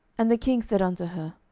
and the king said unto her,